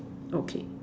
okay